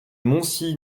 montcy